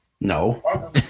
no